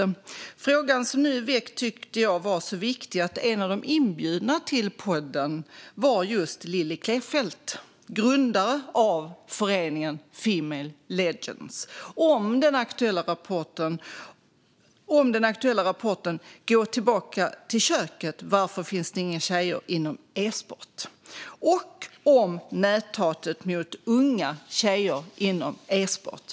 Den fråga som vi nu diskuterar tyckte jag var så viktig att en av de inbjudna till podden var just Lillie Klefelt, grundare av föreningen Female Legends, och det handlade om rapporten Gå tillbaka till köket - v arför finns det inga tjejer i e-sport? och om näthatet mot unga tjejer inom e-sport.